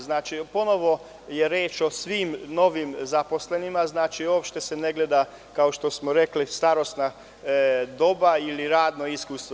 Znači, ponovo je reč o svi novim zaposlenima, uopšte se ne gleda kao što smo rekli starosna doba ili radno iskustvo.